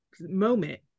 moment